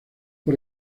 por